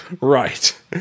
Right